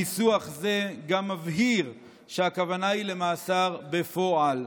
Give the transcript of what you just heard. ניסוח זה גם מבהיר שהכוונה היא למאסר בפועל.